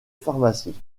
pharmacie